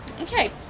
Okay